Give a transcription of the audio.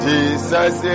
Jesus